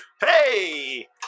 Hey